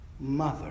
mother